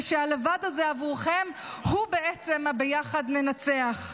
ושהלבד הזה, עבורכם הוא בעצם ה"ביחד ננצח".